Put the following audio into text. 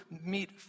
meet